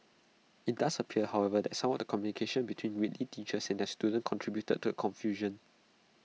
IT does appear however that some of the communication between Whitley teachers and their students contributed to confusion